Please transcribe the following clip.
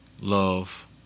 love